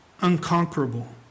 Unconquerable